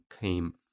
came